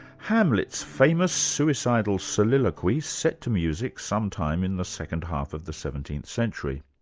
hamlet's famous suicidal soliloquy set to music some time in the second half of the seventeenth century.